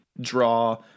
draw